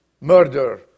murder